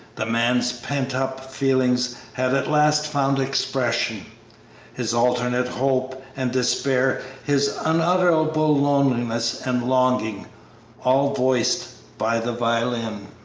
the man's pent-up feelings had at last found expression his alternate hope and despair, his unutterable loneliness and longing all voiced by the violin.